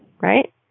right